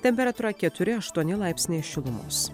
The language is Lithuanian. temperatūra keturi aštuoni laipsniai šilumos